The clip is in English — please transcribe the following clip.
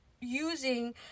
using